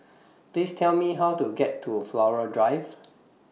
Please Tell Me How to get to Flora Drive